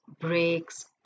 breaks